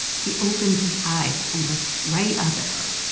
he opens his eyes and looks right up at her